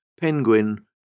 Penguin